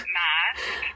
mask